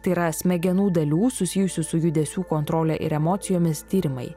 tai yra smegenų dalių susijusių su judesių kontrole ir emocijomis tyrimai